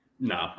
No